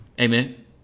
Amen